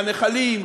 מהנחלים,